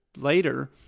later